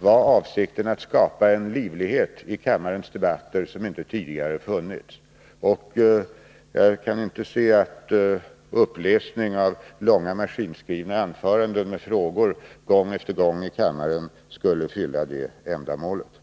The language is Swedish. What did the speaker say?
var avsikten att skapa en livlighet i kammarens debatter som inte tidigare funnits. Jag kan inte se att uppläsning i kammaren av långa maskinskrivna anföranden med frågor, gång efter gång, skulle fylla det ändamålet.